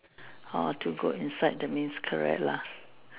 orh two goat inside that means correct lah